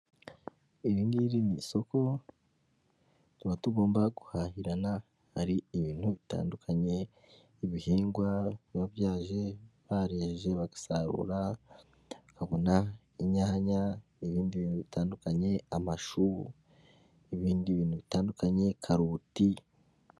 Iri ngiri ni isoko tuba tugomba guhahirana hari ibintu bitandukanye, ibihingwa biba byaje barejeje, bagasarura tukabona inyanya n'ibindi bintu bitandukanye amashu n'ibindi bintu bitandukanye karoti.